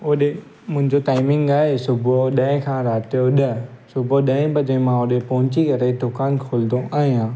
होॾे मुंहिंजो टाइमिंग आहे सुबुह जो ॾहे खां राति जो ॾह सुबुहु ॾहे बजे मां होॾे पहुची करे दुकानु खोलंदो आहियां